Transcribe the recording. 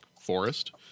Forest